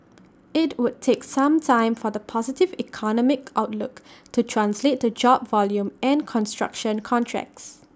IT would take some time for the positive economic outlook to translate to job volume and construction contracts